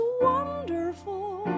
wonderful